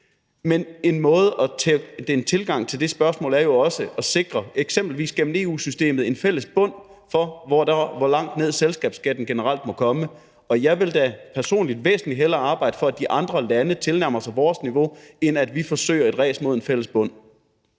Men en tilgang til det spørgsmål er jo også at sikre, eksempelvis gennem EU-systemet, en fælles bund for, hvor langt ned selskabsskatten generelt må komme, og jeg vil da personligt væsentlig hellere arbejde for, at de andre lande tilnærmer sig vores niveau, end at vi forsøger et ræs mod en fælles bund.